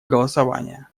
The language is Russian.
голосования